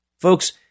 Folks